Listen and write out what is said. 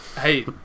hey